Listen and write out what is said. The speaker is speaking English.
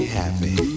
happy